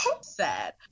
sad